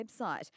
website